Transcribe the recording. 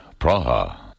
Praha